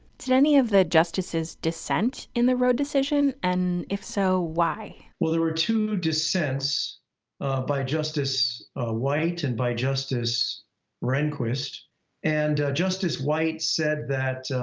did any of the justices dissent in the roe decision and if so, why? well there were two dissents by justice white and by justice rehnquist and justice white said that